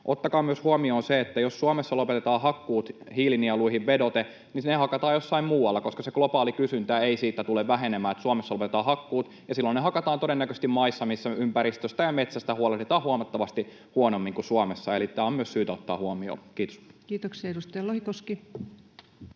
Ottakaa huomioon myös se, että jos Suomessa lopetetaan hakkuut hiilinieluihin vedoten, niin ne hakataan jossain muualla, koska se globaali kysyntä ei siitä tule vähenemään, että Suomessa lopetetaan hakkuut. Silloin ne hakataan todennäköisesti maissa, missä ympäristöstä ja metsästä huolehditaan huomattavasti huonommin kuin Suomessa. Eli tämä on myös syytä ottaa huomioon. — Kiitos. Kiitoksia. — Edustaja Lohikoski.